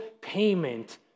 payment